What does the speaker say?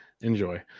Enjoy